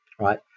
right